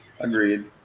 Agreed